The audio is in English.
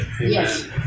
Yes